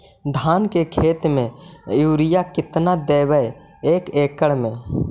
धान के खेत में युरिया केतना देबै एक एकड़ में?